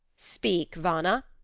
speak, vana,